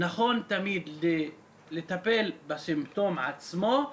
נכון תמיד לטפל בסימפטום עצמו,